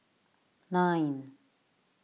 nine